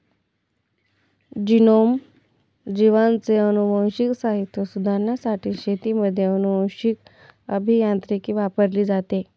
genome, जीवांचे अनुवांशिक साहित्य सुधारण्यासाठी शेतीमध्ये अनुवांशीक अभियांत्रिकी वापरली जाते